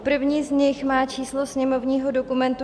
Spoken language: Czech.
První z nich má číslo sněmovního dokumentu 4924.